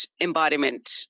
embodiment